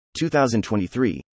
2023